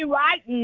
right